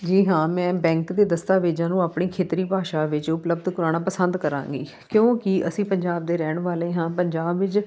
ਜੀ ਹਾਂ ਮੈਂ ਬੈਂਕ ਦੇ ਦਸਤਾਵੇਜ਼ਾਂ ਨੂੰ ਆਪਣੀ ਖੇਤਰੀ ਭਾਸ਼ਾ ਵਿੱਚ ਉਪਲੱਬਧ ਕਰਵਾਉਣਾ ਪਸੰਦ ਕਰਾਂਗੀ ਕਿਉਂਕਿ ਅਸੀਂ ਪੰਜਾਬ ਦੇ ਰਹਿਣ ਵਾਲੇ ਹਾਂ ਪੰਜਾਬ ਵਿੱਚ